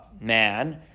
man